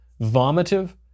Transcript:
vomitive